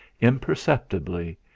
imperceptibly